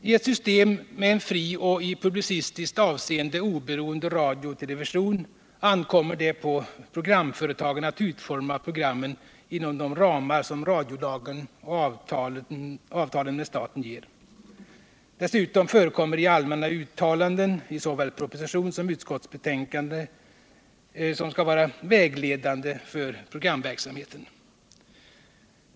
I ett system med en fri och i publicistiskt avseende oberoende radio och television ankommer det på programföretagen att utforma programmen inom de ramar som radiolagen och avtalen med staten ger. Dessutom förekommer allmänna uttalanden i såväl proposition som utskottsbetänkande som skall vara vägledande för programverksamheten.